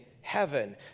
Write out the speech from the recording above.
heaven